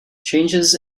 changes